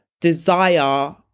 desire